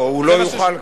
הוא לא יוכל כבר,